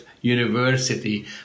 University